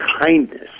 kindness